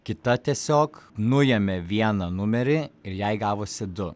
kita tiesiog nuėmė vieną numerį ir jai gavosi du